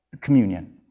communion